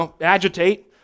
agitate